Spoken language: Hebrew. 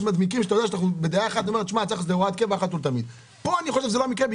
אני לא חושב שזה המקרה לשנות בו,